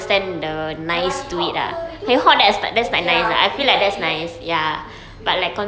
ah kalau hip hop ke gitu okay ah you like you like yo~ you